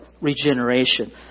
regeneration